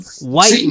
white